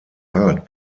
art